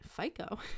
fico